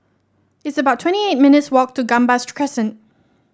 it's about twenty eight minutes' walk to Gambas Crescent